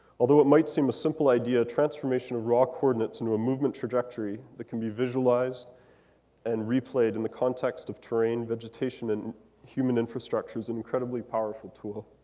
although it might seem a simple idea, transformation of raw coordinates into a movement trajectory that can be visualized and replayed in the context of terrain, vegetation, and human infrastructure is an and incredibly powerful tool.